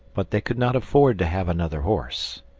but they could not afford to have another horse.